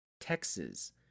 Texas